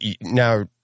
now